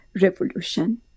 revolution